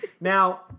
Now